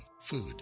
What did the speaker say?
food